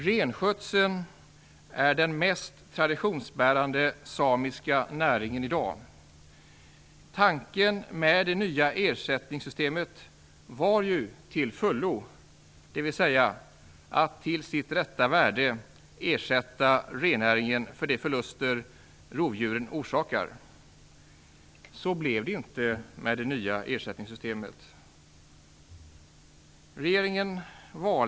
Renskötseln är den mest traditionsbärande samiska näringen i dag. Tanken med det nya ersättningssystemet var ju att det skulle vara till fullo, dvs. att till rätta värdet ersätta rennäringen för de förluster som rovdjuren orsakar. Så blev det inte med det nya ersättningssystemet!